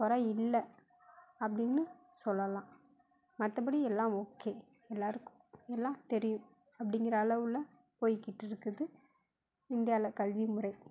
கொறை இல்லை அப்படின்னு சொல்லலாம் மற்றபடி எல்லாம் ஓகே எல்லோருக்கும் எல்லாம் தெரியும் அப்படிங்கிற அளவில் போயிக்கிட்டு இருக்குது இந்தியாவில் கல்விமுறை